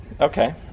Okay